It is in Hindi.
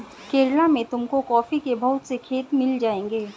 केरला में तुमको कॉफी के बहुत से खेत मिल जाएंगे